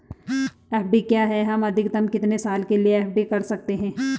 FD क्या है हम अधिकतम कितने साल के लिए एफ.डी कर सकते हैं?